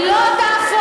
היא לא תהפוך,